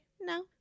No